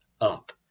up